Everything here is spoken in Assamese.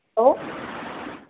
হেল্ল'